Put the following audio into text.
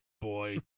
boy